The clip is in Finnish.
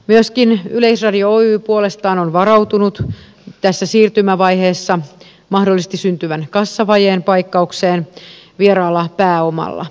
myöskin yleisradio oy puolestaan on varautunut tässä siirtymävaiheessa mahdollisesti syntyvän kassavajeen paikkaukseen vieraalla pääomalla